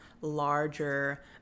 larger